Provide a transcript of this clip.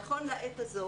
נכון לעת הזו,